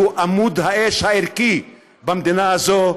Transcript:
שהוא עמוד האש הערכי במדינה הזאת,